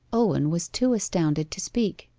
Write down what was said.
owen was too astounded to speak.